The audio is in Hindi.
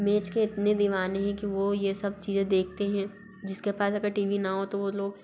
मेच के इतने दीवाने हें कि वो ये सब चीज़ें देखते हैं जिसके पास अगर टी वी ना हो तो वो लोग